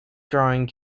drawing